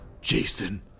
jason